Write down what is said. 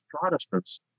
Protestants